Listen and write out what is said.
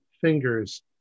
fingers